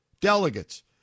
delegates